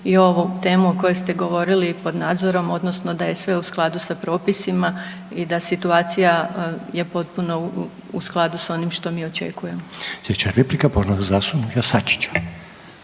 i ovu temu o kojoj ste govoriti pod nadzorom odnosno da je sve u skladu sa propisima i da situacija je potpuno u skladu sa onim što mi očekujemo. **Reiner, Željko (HDZ)** Slijedeća